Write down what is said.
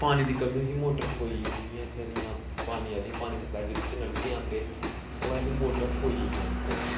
पानी दी कमी होई ही मोटर फकोइयां हियां इ'त्थें दियां पानी आह्लियां पानी सप्लाई च जि'त्थें नलके आंदे ओह् आह्ली मोटरां फकोइयां इ'त्थें